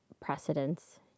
precedents